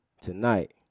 tonight